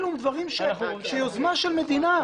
דברים שהם יוזמה של מדינה.